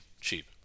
cheap